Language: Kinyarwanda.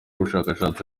ubushakashatsi